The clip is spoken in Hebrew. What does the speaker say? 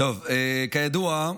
כידוע,